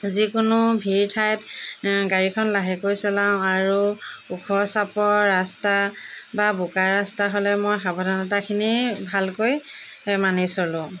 যিকোনো ভীৰ ঠাইত গাড়ীখন লাহেকৈ চলাওঁ আৰু ওখ চাপৰ ৰাস্তা বা বোকা ৰাস্তা হ'লে মই সাৱধানতাখিনি ভালকৈ মানি চলোঁ